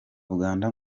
uganda